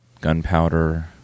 Gunpowder